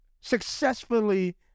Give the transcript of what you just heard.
successfully